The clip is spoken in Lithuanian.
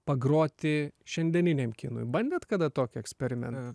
pagroti šiandieniniam kinui bandėt kada tokį eksperimentą